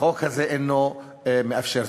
החוק הזה אינו מאפשר זאת.